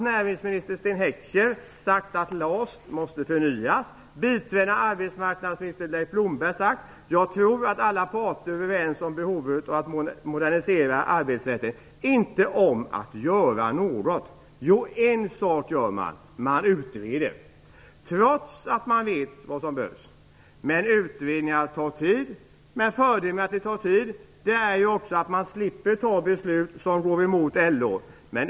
Näringsminister Sten Heckscher har sagt att LAS måste förnyas, och biträdande arbetsmarknadsminister Leif Blomberg har sagt att han tror att alla parter är överens om behovet av att modernisera arbetsrätten. Trots detta bryr sig regeringen inte om att göra något. Jo, en sak gör man. Man utreder, trots att man vet vad som behövs. Utredningar tar tid. Fördelen med att det tar tid är att man slipper fatta beslut som går emot LO.